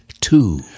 two